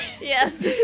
Yes